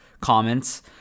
comments